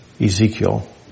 Ezekiel